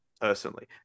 personally